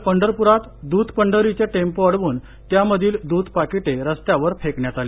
काल पंढरपुरात द्रध पंढरीचे टेम्पो अडवून त्यामधील दूध पाकीटे रस्त्यावर फेकण्यात आली